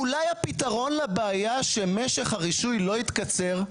אולי הפתרון לבעיה שמשך הרישוי לא התקצר?